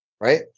right